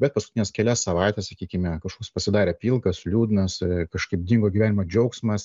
bet paskutines kelias savaites sakykime kažkoks pasidarė pilkas liūdnas kažkaip dingo gyvenimo džiaugsmas